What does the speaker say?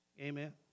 Amen